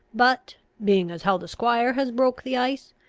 but, being as how the squire has broke the ice,